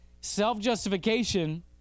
self-justification